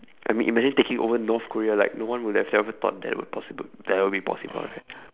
I mean imagine taking over north korea like no one would have ever thought that would possibl~ that would be possible right